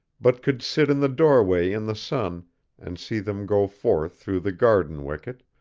but could sit in the doorway in the sun and see them go forth through the garden wicket,